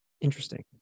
interesting